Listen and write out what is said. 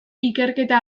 ikerketa